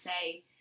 say